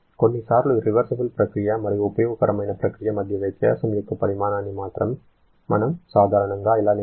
కొన్నిసార్లు రివర్సిబుల్ ప్రక్రియ మరియు ఉపయోగకరమైన ప్రక్రియ మధ్య వ్యత్యాసం యొక్క పరిమాణాన్ని మాత్రమే మనం సాధారణంగా ఇలా నిర్వచించవచ్చు